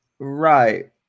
Right